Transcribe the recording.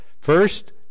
first